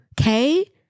Okay